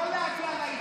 להגיע להתיישבות,